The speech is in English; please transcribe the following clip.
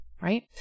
right